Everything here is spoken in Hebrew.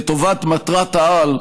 לטובת מטרת העל,